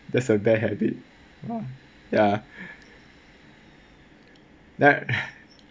that's a bad habit ya ya then I